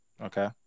Okay